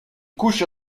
couches